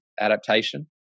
adaptation